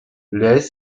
les